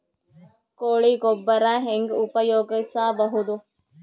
ಕೊಳಿ ಗೊಬ್ಬರ ಹೆಂಗ್ ಉಪಯೋಗಸಬಹುದು?